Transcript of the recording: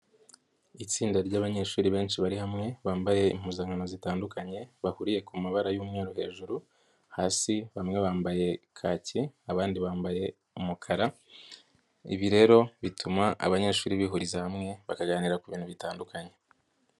Itsinda ryabanyeshuri benshi bari hamwe bambaye impuzankano zitandukanye, bahuriye ku mabara y'umweru hejuru, hasi bamwe bambaye kake, abandi bambaye umukara. Ibi rero bituma abanyeshuri bihuriza hamwe bakaganira ku bintu bitandukanye.